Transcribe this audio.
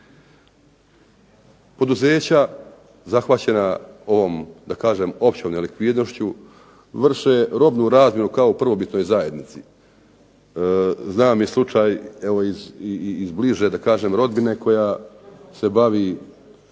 Poduzeća zahvaćena ovom da kažem općom nelikvidnošću vrše robnu razmjenu kao prvobitnoj zajednici. Znam i slučaj evo iz bliže da kažem rodbine koja se bavi,